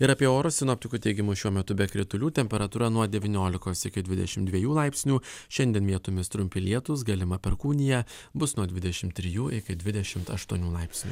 ir apie orus sinoptikų teigimu šiuo metu be kritulių temperatūra nuo devyniolikos iki dvidešim dviejų laipsnių šiandien vietomis trumpi lietūs galima perkūnija bus nuo dvidešim trijų iki dvidešim aštuonių laipsnių